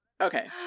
okay